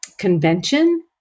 convention